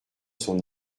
son